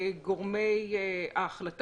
כל הכרח או חובה משפטית לעגן את הדברים בהחלטה